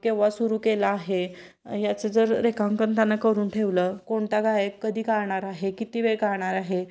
केव्हा सुरू केला आहे याचं जर रेखांकन त्यानं करून ठेवलं कोणता गायक कधी गाणार आहे किती वेळ गाणार आहे